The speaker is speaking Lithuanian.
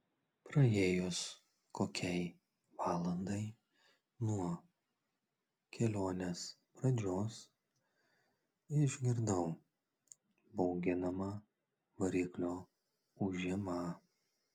praėjus kokiai valandai nuo kelionės pradžios išgirdau bauginamą variklio ūžimą